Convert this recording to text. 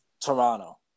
Toronto